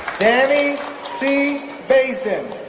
danny c. basden,